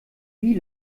wie